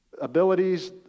abilities